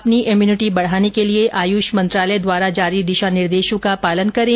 अपनी इम्यूनिटी बढाने के लिए आयूष मंत्रालय द्वारा जारी दिशा निर्देशों का पालन करें